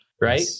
right